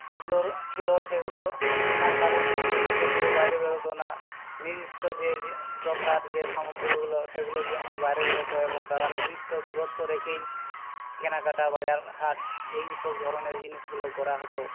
এগুলোর ছিল সেগুলো বিনা কারণবশত কেউ বাইরে বেরোতো না নির্দিষ্ট যে দরকার যে সামগ্রীগুলো সেগুলোর জন্য বাইরে বেরোতো এবং তারা নির্দিষ্ট দূরত্ব রেখেই কেনাকাটা বাজার হাট এই সব ধরনের জিনিসগুলো করা হতো